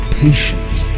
patient